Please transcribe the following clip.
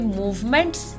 movements